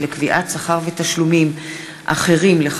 קארין אלהרר,